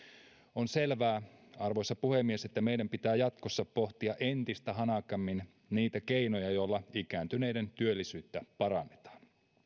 on selvää arvoisa puhemies että meidän pitää jatkossa pohtia entistä hanakammin niitä keinoja joilla ikääntyneiden työllisyyttä parannetaan